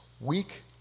week